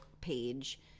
page